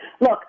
Look